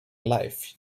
life